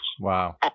wow